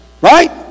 Right